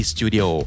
Studio